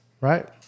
right